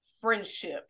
friendship